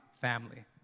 family